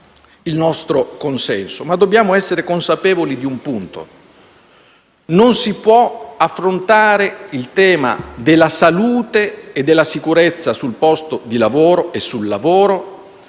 il nostro consenso. Dobbiamo però essere consapevoli di un punto: non si può affrontare il tema della salute e della sicurezza sul posto di lavoro e sul lavoro